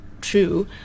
true